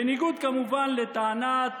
בניגוד, כמובן, לטענת